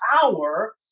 power